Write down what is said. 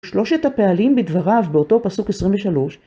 שלושת הפעלים בדבריו באותו פסוק 23.